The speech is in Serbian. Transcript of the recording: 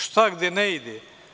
Šta gde ne ide?